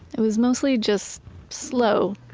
it was mostly just slow.